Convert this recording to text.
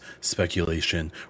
speculation